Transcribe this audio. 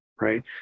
right